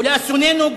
ולאסוננו,